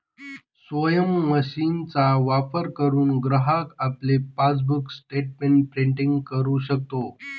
स्वयम मशीनचा वापर करुन ग्राहक आपले पासबुक स्टेटमेंट प्रिंटिंग करु शकतो